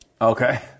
Okay